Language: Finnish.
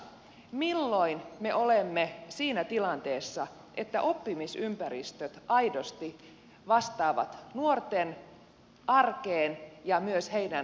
milloin me olemme siinä tilanteessa että oppimisympäristöt aidosti vastaavat nuorten arkeen ja myös heidän tulevaisuutensa tarpeisiin